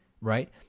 Right